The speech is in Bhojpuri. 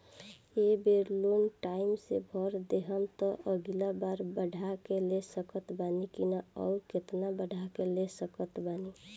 ए बेर लोन टाइम से भर देहम त अगिला बार बढ़ा के ले सकत बानी की न आउर केतना बढ़ा के ले सकत बानी?